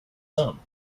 some